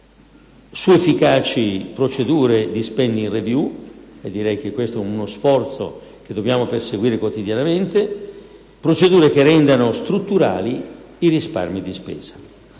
su efficaci procedure di *spending review* (direi che questo è uno sforzo che dobbiamo perseguire quotidianamente), che rendano strutturali i risparmi di spesa.